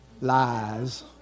Lies